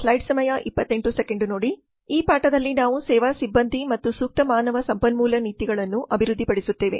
ಆದ್ದರಿಂದ ಈ ಪಾಠದಲ್ಲಿ ನಾವು ಸೇವಾ ಸಿಬ್ಬಂದಿ ಮತ್ತು ಸೂಕ್ತ ಮಾನವ ಸಂಪನ್ಮೂಲ ನೀತಿಗಳನ್ನು ಅಭಿವೃದ್ಧಿಪಡಿಸುತ್ತೇವೆ